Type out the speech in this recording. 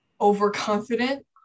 overconfident